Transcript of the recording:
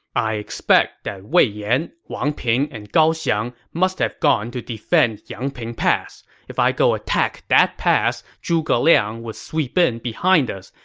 i expect that wei yan, wang ping, and gao xiang must have gone to defend yangping pass. if i go attack that pass, zhuge liang would sweep in behind us,